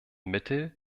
mittel